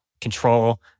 control